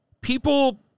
People